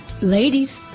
Ladies